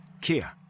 Kia